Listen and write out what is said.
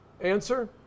answer